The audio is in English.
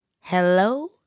Hello